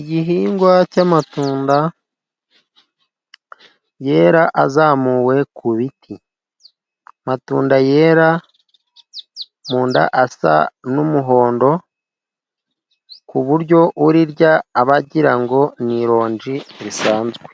Igihingwa cy'amatunda yera azamuwe ku biti, amatunda yera mu nda asa n'umuhondo ku buryo urirya aba agira ngo ni ironji risanzwe